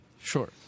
Sure